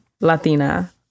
Latina